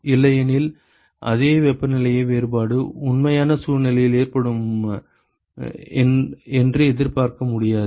இல்லையெனில் அதே வெப்பநிலை வேறுபாடு உண்மையான சூழ்நிலையில் ஏற்படும் என்று எதிர்பார்க்க முடியாது